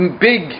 big